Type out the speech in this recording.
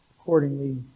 accordingly